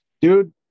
dude